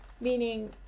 meaning